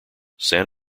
san